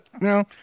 no